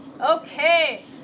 Okay